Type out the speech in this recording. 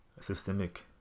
systemic